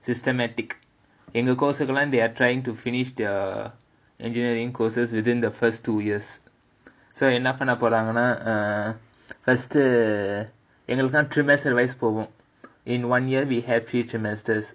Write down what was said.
systematic எங்க:enga circle line they are trying to finish the engineering courses within the first two years so end up என்ன பண்ண போறாங்கன்னா:ena panna poraanganaa in one year we have three trimesters